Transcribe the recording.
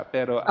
Pero